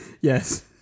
Yes